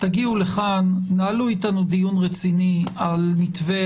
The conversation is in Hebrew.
תגיעו לכאן, נהלו איתנו דיון רציני על מתווה